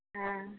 हँ